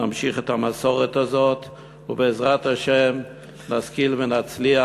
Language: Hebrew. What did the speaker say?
נמשיך את המסורת הזאת ובעזרת השם נשכיל ונצליח,